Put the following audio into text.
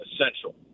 essential